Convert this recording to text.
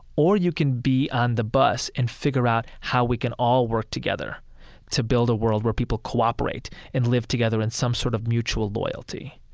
or you can be on the bus and figure out how we can all work together to build a world where people cooperate and live together in some sort of mutual loyalty.